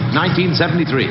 1973